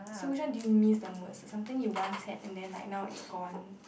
so which one do you miss the most something you once had then now it's gone